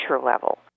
level